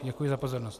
Děkuji za pozornost.